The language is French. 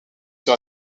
sur